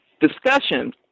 discussion